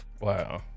wow